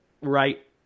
Right